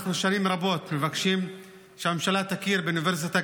אנחנו שנים רבות מבקשים שהממשלה תכיר באוניברסיטה,